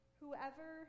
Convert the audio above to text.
whoever